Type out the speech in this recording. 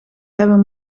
hebben